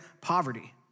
poverty